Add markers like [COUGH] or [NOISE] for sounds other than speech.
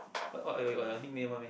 what [NOISE] your nickname one meh